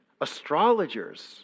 astrologers